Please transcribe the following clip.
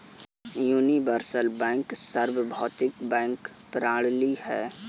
universal bank सार्वभौमिक bank प्रणाली है